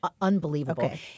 unbelievable